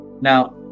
Now